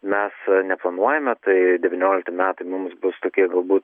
mes neplanuojame tai devyniolikti metai mums bus tokie galbūt